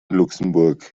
luxemburg